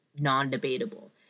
non-debatable